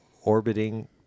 Orbiting